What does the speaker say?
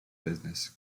business